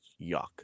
yuck